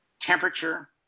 temperature